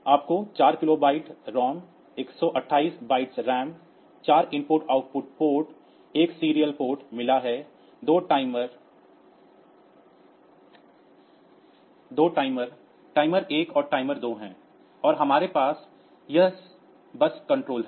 आपको 4 kilobytes ROM 128 bytes RAM 4 IO ports 1 serial port मिला है 2 टाइमर टाइमर 1 और टाइमर 2 हैं और हमारे पास यह बस कंट्रोल है